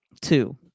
Two